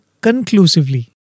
conclusively